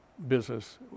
business